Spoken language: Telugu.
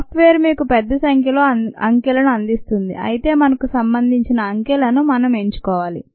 సాఫ్ట్ వేర్ మీకు పెద్ద సంఖ్యలో అంకెలను అందిస్తుంది అయితే మనకు సంబంధించిన అంకెలను మనం ఎంచుకోవాలి